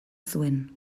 zuen